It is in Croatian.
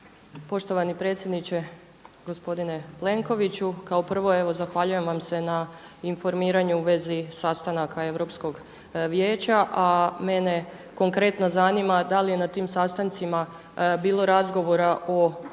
Poštovani predsjedniče gospodine Plenkoviću. Kao prvo evo zahvaljujem vam se na informiranju u vezi sastanka Europskog vijeća, a mene konkretno zanima da li je na tim sastancima bilo razgovora o